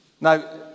Now